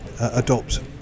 adopt